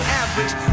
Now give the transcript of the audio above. average